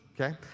Okay